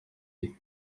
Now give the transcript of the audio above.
menshi